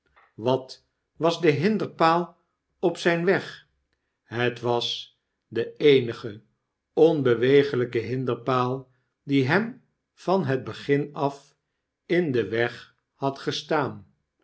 wat was de hinderpaal op zgn weg het was de eenige onbeweeglgke hinderpaal die hem van het begin af in den weg had gestaan